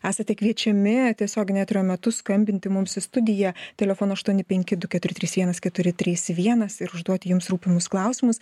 esate kviečiami tiesioginio eterio metu skambinti mums į studiją telefonu aštuoni penki du keturi trys vienas keturi trys vienas ir užduoti jums rūpimus klausimus